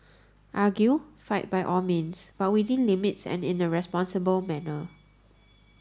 argue fight by all means but within limits and in a responsible manner